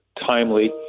timely